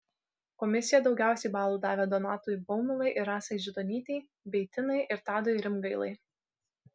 komisija daugiausiai balų davė donatui baumilai ir rasai židonytei bei tinai ir tadui rimgailai